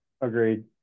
Agreed